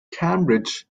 cambridge